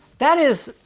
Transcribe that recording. that is,